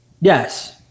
Yes